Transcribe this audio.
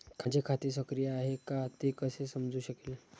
माझे खाते सक्रिय आहे का ते कसे समजू शकेल?